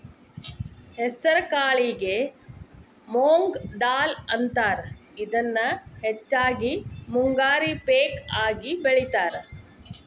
ಹೆಸರಕಾಳಿಗೆ ಮೊಂಗ್ ದಾಲ್ ಅಂತಾರ, ಇದನ್ನ ಹೆಚ್ಚಾಗಿ ಮುಂಗಾರಿ ಪೇಕ ಆಗಿ ಬೆಳೇತಾರ